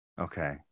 Okay